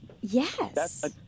Yes